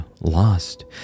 lost